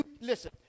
Listen